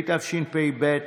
התשפ"ב